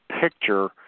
picture